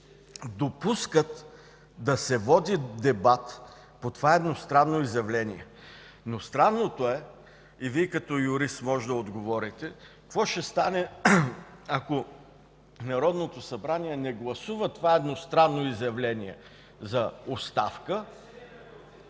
допускат да се води дебат по това едностранно изявление. Странното е и Вие като юрист можете да отговорите какво ще стане, ако Народното събрание не гласува това едностранно изявление за оставка.